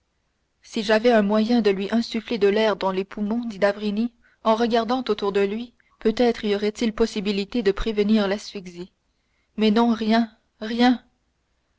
si j'avais un moyen de lui insuffler de l'air dans les poumons dit d'avrigny en regardant autour de lui peut-être y aurait-il possibilité de prévenir l'asphyxie mais non rien rien